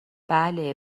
بله